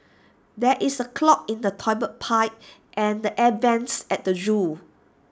there is A clog in the Toilet Pipe and the air Vents at the Zoo